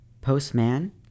Postman